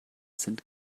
sind